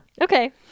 okay